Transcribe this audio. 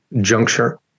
juncture